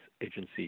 agency